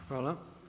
Hvala.